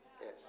Yes